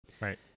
Right